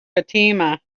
fatima